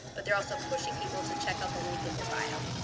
but they're also pushing people to check out the link in their bio.